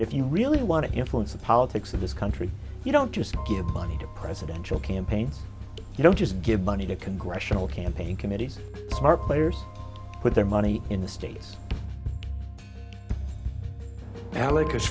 if you really want to influence the politics of this country you don't just give money to presidential campaigns you don't just give money to congressional campaign committees are players put their money in the states alec has